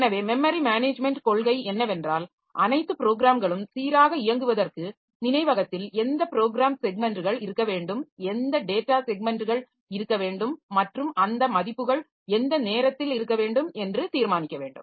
எனவே memory management கொள்கை என்னவென்றால் அனைத்து ப்ரோக்ராம்களும் சீராக இயங்குவதற்கு நினைவகத்தில் எந்த ப்ரோக்ராம் ஸெக்மென்ட்கள் இருக்க வேண்டும் எந்த டேட்டா ஸெக்மென்ட்கள் இருக்க வேண்டும் மற்றும் அந்த மதிப்புகள் எந்த நேரத்தில் இருக்க வேண்டும் என்று தீர்மானிக்க வேண்டும்